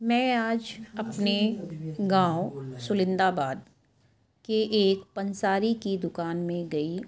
میں آج اپنے گاؤں سلندا آباد کے ایک پنساری کی دکان میں گئی